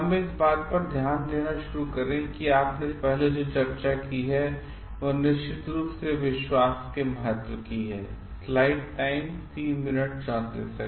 हमें इस बात पर ध्यान देना शुरू करें कि आपने पहले जो चर्चा की है वह निश्चित रूप से विश्वास के महत्व की तरह है